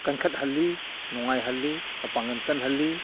ꯀꯟꯈꯠꯍꯜꯂꯤ ꯅꯨꯉꯥꯏꯍꯜꯂꯤ ꯃꯄꯥꯡꯒꯜ ꯀꯜꯍꯜꯂꯤ